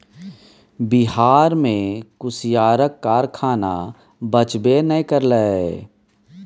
बिहार मे कुसियारक कारखाना बचबे नै करलै